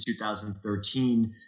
2013